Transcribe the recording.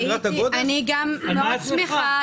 על מה את שמחה?